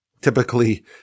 Typically